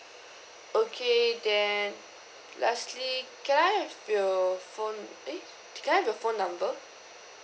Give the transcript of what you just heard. okay then lastly can I have your phone eh can I have your phone number